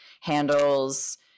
handles